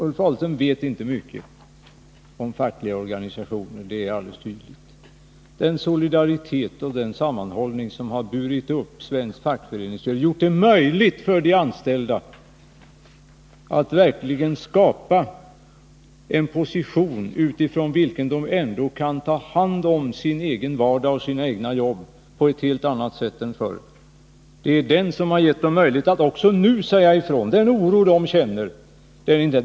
Ulf Adelsohn vet inte mycket om fackliga organisationer — det är alldeles tydligt — och om den solidaritet och sammanhållning som gjort det möjligt för de anställda att skapa en position utifrån vilken de kan ta hand om sin egen vardag och sina egna jobb på ett helt annat sätt än förr. Det är den som gett Nr 55 dem möjlighet att också nu säga ifrån och ge uttryck för den oro som de känner.